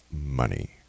money